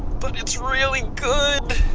but it's really good,